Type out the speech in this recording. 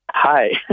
Hi